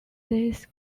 this